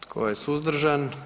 Tko je suzdržan?